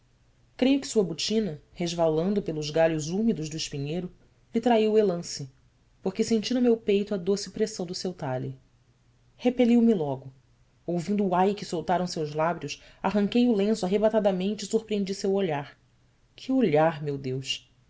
creio que sua botina resvalando pelos galhos úmidos do espinheiro lhe traiu o elance porque senti no meu peito a doce pressão de seu talhe repeliu me logo ouvindo o ai que soltaram seus lábios arranquei o lenço arrebatadamente e surpreendi seu olhar que olhar meu deus